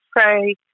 pray